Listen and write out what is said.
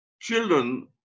children